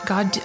God